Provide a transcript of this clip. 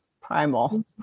primal